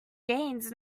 gains